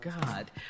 God